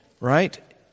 right